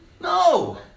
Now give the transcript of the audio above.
No